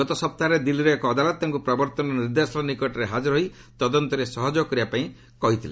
ଗତ ସପ୍ତାହରେ ଦିଲ୍ଲୀର ଏକ ଅଦାଲତ ତାଙ୍କୁ ପ୍ରବର୍ତ୍ତନ ନିର୍ଦ୍ଦେଶାଳୟ ନିକଟରେ ହାଜର ହୋଇ ତଦନ୍ତରେ ସହଯୋଗ କରିବା ପାଇଁ କହିଥିଲେ